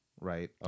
right